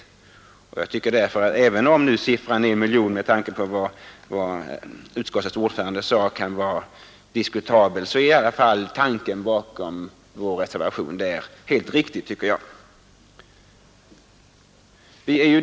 Även om beloppet 1 miljon kronor med tanke på vad utskottets ordförande sade kan vara diskutabelt, så är i alla fall tanken bakom vår reservation helt riktig.